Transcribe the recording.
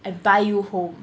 I buy you home